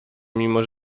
mimo